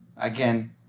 again